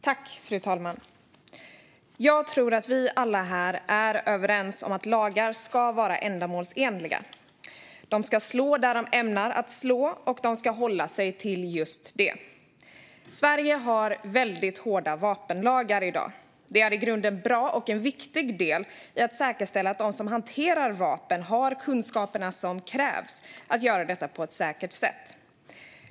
Fru talman! Jag tror att vi alla här är överens om att lagar ska vara ändamålsenliga. De ska slå mot det de är ämnade att slå mot, och de ska hållas till just det. Sverige har i dag väldigt hårda vapenlagar. Det är i grunden bra och en viktig del i att säkerställa att de som hanterar vapen har kunskaperna som krävs för att göra det på ett säkert sätt.